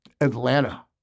Atlanta